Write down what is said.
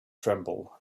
tremble